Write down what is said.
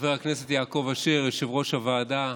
חבר הכנסת יעקב אשר, יושב-ראש הוועדה,